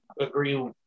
agree